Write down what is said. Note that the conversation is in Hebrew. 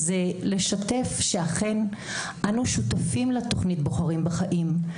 לשתף שאכן אנו שותפים לתוכנית בוחרים בחיים.